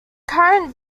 current